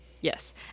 yes